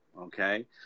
Okay